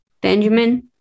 Benjamin